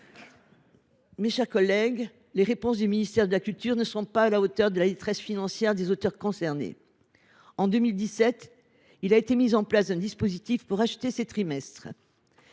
Mes chers collègues, les réponses du ministère de la culture ne sont pas à la hauteur de la détresse financière des auteurs concernés. En 2017, un dispositif de rachat des trimestres